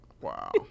wow